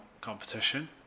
competition